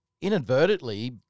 inadvertently